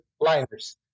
liners